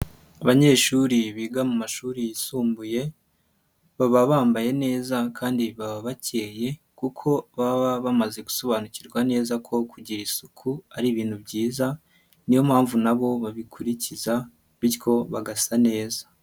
Abanyeshuri biga mu mashuri yisumbuye baba bambaye neza, kandi baba bakeye kuko baba bamaze gusobanukirwa neza ko kugira isuku ari ibintu byiza, niyo mpamvu nabo babikurikiza bityo bagasa neza.